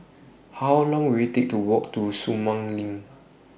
How Long Will IT Take to Walk to Sumang LINK